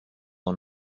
are